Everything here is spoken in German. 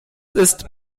ist